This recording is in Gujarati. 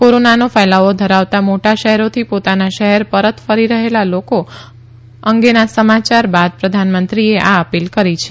કોરોનાનો ફેલાવો ધરાવતા મોટા શહેરોથી પોતાના શહેર પરત ફરી રહેલા લોકો અંગેના સમાચાર બાદ પ્રધાનમંત્રીએ આ અપીલ કરી છે